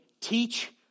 teach